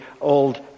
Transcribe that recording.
Old